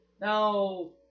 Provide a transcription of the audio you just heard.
Now